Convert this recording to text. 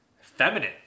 feminine